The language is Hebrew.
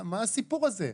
מה הסיפור הזה?